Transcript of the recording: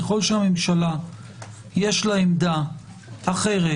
ככל שלממשלה יש עמדה אחרת,